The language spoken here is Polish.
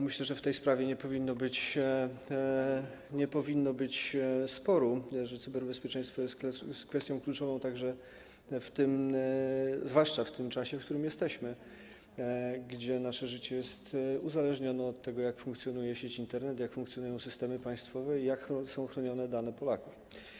Myślę, że w tej sprawie nie powinno być sporu, że cyberbezpieczeństwo jest kwestią kluczową, zwłaszcza w tym czasie, w którym jesteśmy, kiedy nasze życie jest uzależnione od tego, jak funkcjonuje sieć Internet, jak funkcjonują systemy państwowe i jak są chronione dane Polaków.